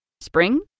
Spring